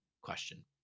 question